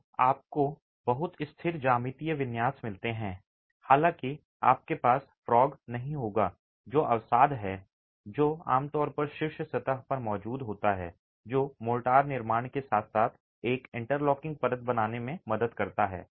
तो आपको बहुत स्थिर ज्यामितीय विन्यास मिलते हैं हालाँकि आपके पास frog नहीं होगा जो अवसाद है जो आम तौर पर शीर्ष सतह पर मौजूद होता है जो मोर्टार निर्माण के साथ साथ एक इंटरलॉकिंग परत बनाने में मदद करता है